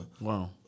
Wow